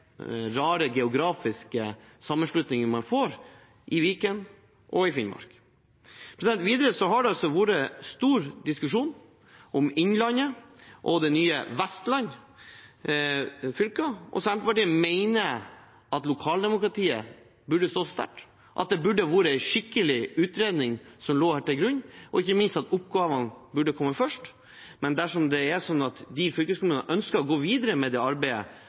rare geografiske sammenslutningene man får, i Viken og i Finnmark. Videre har det vært stor diskusjon om fylkene Innlandet og det nye Vestland. Senterpartiet mener at lokaldemokratiet burde stå så sterkt at det skulle ha vært en skikkelig utredning som lå til grunn, og ikke minst at oppgavene burde ha kommet først. Men dersom det er slik at de fylkeskommunene ønsker å gå videre med det arbeidet,